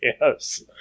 yes